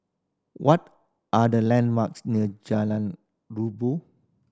what are the landmarks near Jalan Rabu